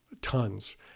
tons